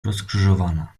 rozkrzyżowana